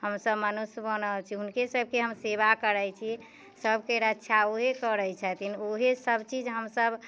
हमसब मनुष्य बनल छी हुनके सबके हमसब सेवा करैत छी सबके रक्षा ओहे करैत छथिन ओहे सब चीज हमसब